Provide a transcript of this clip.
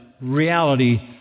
reality